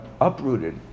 uprooted